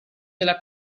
della